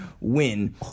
win